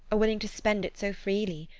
are willing to spend it so freely.